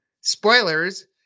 spoilers